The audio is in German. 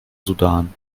sudan